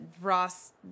Ross